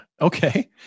okay